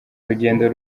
rugendo